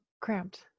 cramped